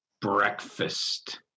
Breakfast